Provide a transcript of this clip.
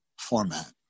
format